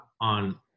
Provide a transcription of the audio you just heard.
on